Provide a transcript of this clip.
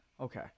okay